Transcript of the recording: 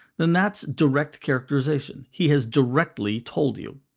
then that's direct characterization. he has directly told you.